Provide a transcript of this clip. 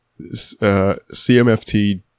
CMFT